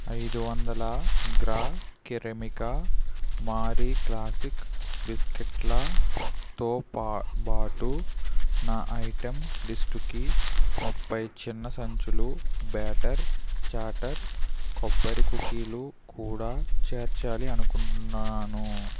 ఐదు వందల గ్రా క్రెమిక మారీ క్లాసిక్ బిస్కెట్లతో పాటు నా ఐటమ్ లిస్టుకి ముప్పై చిన్న సంచులు బ్యాటర్ చాటర్ కొబ్బరి కుకీలు కూడా చేర్చాలి అనుకుంటున్నాను